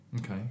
Okay